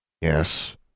Yes